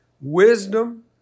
Wisdom